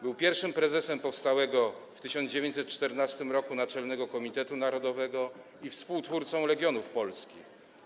Był pierwszym prezesem powstałego w 1914 r. Naczelnego Komitetu Narodowego i współtwórcą Legionów Polskich.